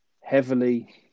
heavily